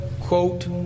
quote